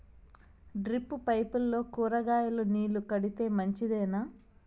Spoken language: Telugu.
డ్రిప్ పైపుల్లో కూరగాయలు నీళ్లు కడితే మంచిదేనా?